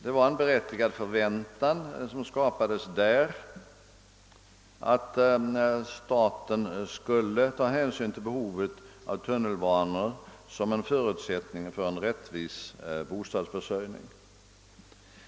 Den förväntan som uppstod var berättigad, nämligen att staten skulle ta hänsyn till behovet av tunnelbanor som en förutsättning för en rättvis bostadsförsörjning.